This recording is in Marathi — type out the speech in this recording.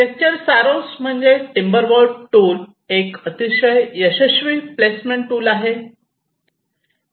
लेक्चर सारांश म्हणजे टिम्बरवॉल्फ टूल एक अतिशय यशस्वी प्लेसमेंट टूल आहे